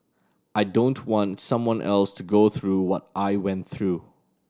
I don't want someone else to go through what I went through